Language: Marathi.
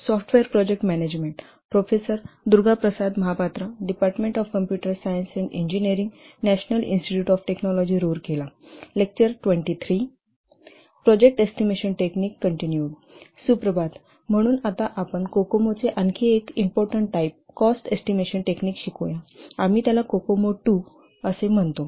सुप्रभात म्हणून आता आपण कोकोमो चे आणखी एक important type cost estimation technique पाहूया आम्ही त्याला कोकोमो II असे म्हणतो